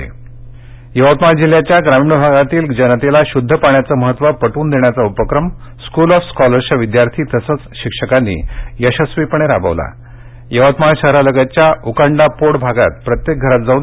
श्ध्द पाणी यवतमाळ जिल्ह्याच्या ग्रामीण भागातील जनतेला शुध्द पाण्याचं महत्त्व पटवून देण्याचा उपक्रम स्कूल ऑफ स्कॉलर्सच्या विदयार्थी तसंच शिक्षकांनी यशस्वीपणे राबवलायवतमाळ शहरालगतच्या उकंडा पोड भागात प्रत्येक घरात जाऊन